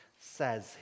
says